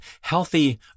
Healthy